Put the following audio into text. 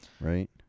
right